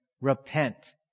Repent